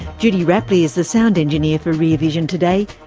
judy rapley is the sound engineer for rear vision today.